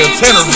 tenor